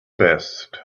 best